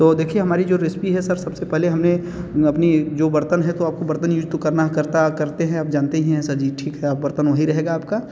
तो देखिए हमारी जो रेसिपी है सर सब से पहले हम ने अपनी जो बर्तन है तो आपको बर्तन यूज तो करना करता करते हैं आप जानते ही हैं सर जी ठीक है बर्तन वही रहेगा आपका